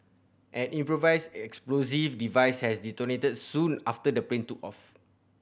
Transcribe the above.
an improvised explosive device had detonated soon after the plane took off